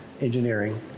engineering